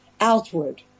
outward